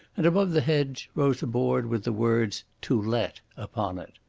and above the hedge rose a board with the words to let upon it.